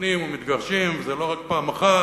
מתחתנים ומתגרשים, זה לא רק פעם אחת,